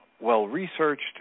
well-researched